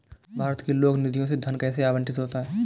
भारत की लोक निधियों से धन कैसे आवंटित होता है?